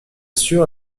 sûr